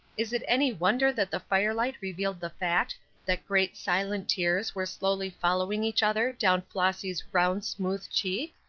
is it any wonder that the firelight revealed the fact that great silent tears were slowly following each other down flossy's round smooth cheek?